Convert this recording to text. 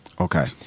Okay